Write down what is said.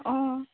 অ